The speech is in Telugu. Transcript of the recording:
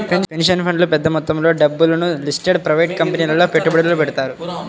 పెన్షన్ ఫండ్లు పెద్ద మొత్తంలో డబ్బును లిస్టెడ్ ప్రైవేట్ కంపెనీలలో పెట్టుబడులు పెడతారు